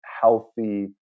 healthy